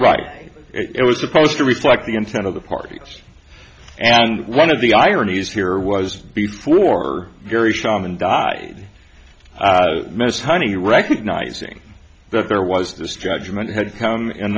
right it was supposed to reflect the intent of the parties and one of the ironies here was before very sharman died ms honey recognizing that there was this judgment had come in